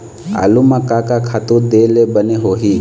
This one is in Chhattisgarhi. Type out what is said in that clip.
आलू म का का खातू दे ले बने होही?